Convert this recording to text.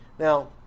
Now